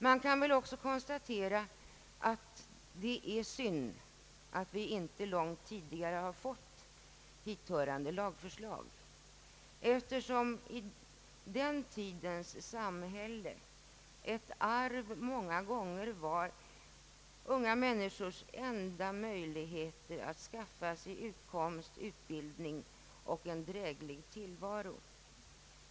Man kan också konstatera att det är synd att vi inte långt tidigare fått det aktuella lagförslaget, eftersom i den tidens samhälle ett arv många gånger var unga människors enda möj lighet att skaffa sig medel till utbildning och en dräglig tillvaro.